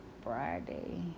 Friday